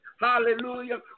Hallelujah